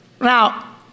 Now